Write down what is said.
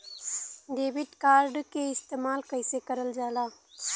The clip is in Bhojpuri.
डेबिट कार्ड के इस्तेमाल कइसे करल जाला?